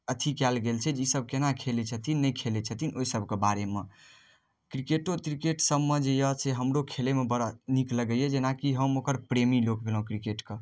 अथी कायल गेल छै जे इसब केना खेलै छथिन नहि खेलै छथिन ओहि सबके बारेमे क्रिकेटों त्रिकेट सबमे जे से हमरो खेलयमे बड़ा नीक लगैया जेनाकि हम ओकर प्रेमी लोक भेलौं क्रिकेटके